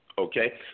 Okay